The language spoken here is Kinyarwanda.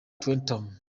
tottenham